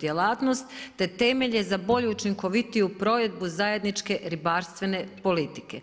djelatnost te temelje za bolju i učinkovitiju provedbu zajedničke redarstvene politike.